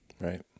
Right